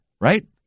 right